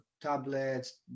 tablets